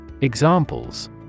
Examples